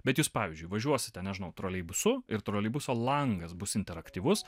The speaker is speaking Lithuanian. bet jūs pavyzdžiui važiuosite nežinau troleibusu ir troleibuso langas bus interaktyvus